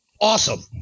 awesome